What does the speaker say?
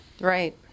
Right